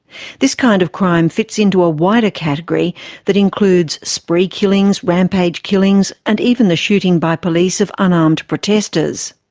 this kind of crime fits into a wider category that includes spree killings, rampage killings, and even the shooting by police of unarmed protestors.